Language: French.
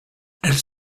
elle